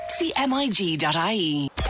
CMIG.ie